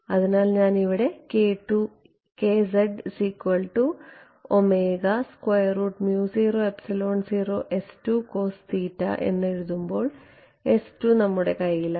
അതിനാൽ ഞാൻ ഇവിടെ എഴുതുമ്പോൾ നമ്മുടെ കൈയിലാണ്